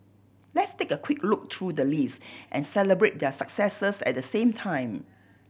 let's take a quick look through the list and celebrate their successes at the same time